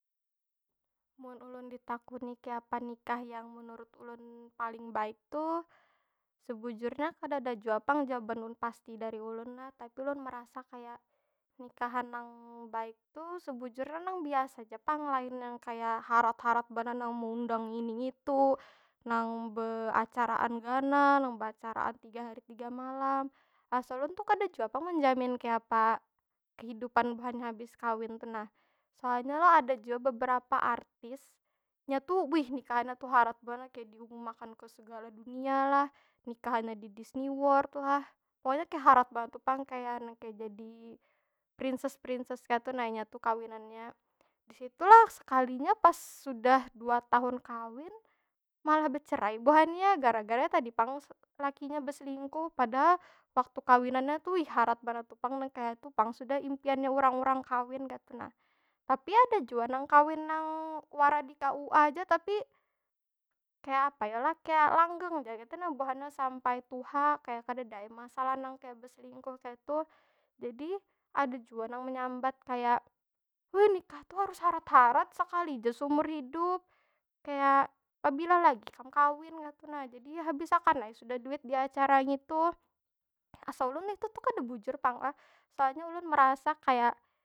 Mun ulun ditakuni kayapa nikah yang menurut ulun paling baik tuh, sebujurnya kadada jua pang jawaban nang pasti dari ulun lah. Tapi ulun merasa kaya, nikahan nang baik tu sebujurnya nang biasa ja pang. Lain nang kaya harat- harat banar nang meundang ini itu. Nang beacaraan ganal, nang beacaraan tiga hari tiga malam. Asa ulun tu kada jua pang menjamin kayapa kehidupan buhannya habis kawin tu nah. Soalnya lo ada jua beberapa artis, nya tu, wih nikahannya harat banar kaya diumum akan ke segala dunia lah. Nikahannya di disney world lah. Pokoknya kaya harat banar tu pang, kaya nang kaya jadi princess- princess kaytu nah inya tu kawinannya. Di situlah, sekalinya pas sudah dua tahun kawin malah becerai buhannya. Gara- gara tadi pang lakinya beselingkuh. Padahal waktu kawinannya tu, wih harat abnar tu pang nang kaya tu pang sudah impiannya urang- urang kawin kaytu nah. Tapi ada jua nang kawin nang, wara di kua aja tapi, kayapa yo lah? Kaya langgeng ja kaytu nah buhannya sampai tuha. Kaya kadeda ai masalah kaya nang beselingkuh kaytu. Jadi, ada jua nang menyambat kaya, wih nikah tuh harus harat- harat, sekali ja seumur hidup. Kaya, pabila lagi kam kawin kaytu nah. Jadi habis akan ai sudah duit di acara ngitu. Asa ulun itu tuh kada bujur pang lah. Soalnya ulun merasa, kaya.